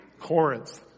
Corinth